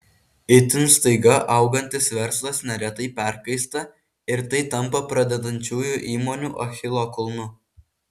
itin staiga augantis verslas neretai perkaista ir tai tampa pradedančiųjų įmonių achilo kulnu